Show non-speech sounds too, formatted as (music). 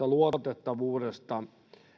(unintelligible) luotettavuudesta